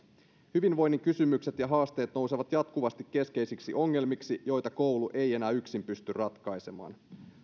hyvinvoinnin kysymykset ja haasteet nousevat jatkuvasti keskeisiksi ongelmiksi joita koulu ei enää yksin pysty ratkaisemaan